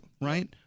right